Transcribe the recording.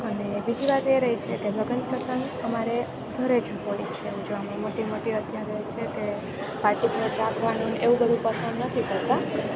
અને બીજી વાત એ રહી છેકે લગન પ્રસંગ અમારે ઘરે જ હોય છે ઉજવામાં મોટી મોટી અત્યારે છેકે પાર્ટી પ્લોટ રાખવાનું એવું બધુ પસંદ નથી કરતાં